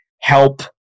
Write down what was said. help